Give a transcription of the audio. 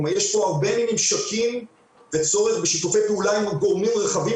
כלומר יש הרבה ממשקים וצורך בשיתופי פעולה עם גורמים רחבים